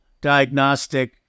diagnostic